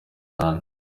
cyane